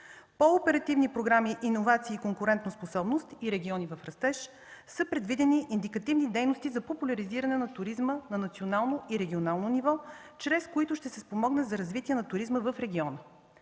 По оперативни програми „Иновации и конкурентоспособност” и „Региони в растеж” са предвидени индикативни дейности за популяризиране на туризма на национално и регионално ниво, чрез които ще се помогне за развитието на туризма в региона.